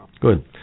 Good